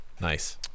nice